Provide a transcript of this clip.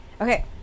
Okay